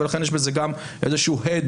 ולכן יש בזה גם איזה הד,